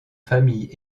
famille